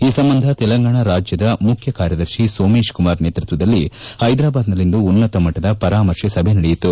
ಈ ಸಂಬಂಧ ತೆಲಂಗಾಣ ರಾಜ್ದದ ಮುಖ್ಯ ಕಾರ್ಯದರ್ಶಿ ಸೋಮೇಶ್ ಕುಮಾರ್ ನೇತೃತ್ವದಲ್ಲಿ ಹೈದರಾಬಾದ್ನಲ್ಲಿಂದು ಉನ್ನತ ಮಟ್ಟದ ಪರಾಮರ್ಶೆ ಸಭೆ ನಡೆಯಿತು